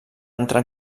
entrar